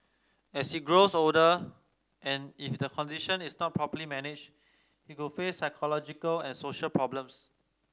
as he grows older and if the condition is not properly managed he could face psychological and social problems